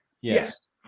Yes